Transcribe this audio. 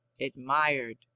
admired